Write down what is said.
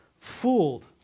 fooled